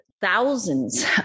thousands